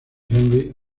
henry